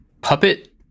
puppet